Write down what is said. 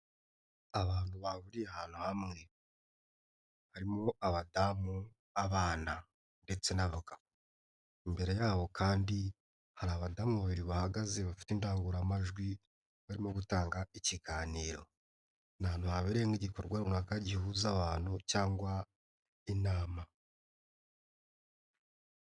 Abantu bahuriye ahantu hamwe, harimo abadamu, abana ndetse n'abagabo, imbere yabo kandi hari abadamu babiri bahagaze bafite indangururamajwi barimo gutanga ikiganiro, ni ahantu habereye nk'igikorwa runaka gihuza abantu cyangwa inama.